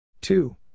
Two